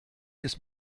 ist